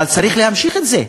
אבל צריך להמשיך את זה.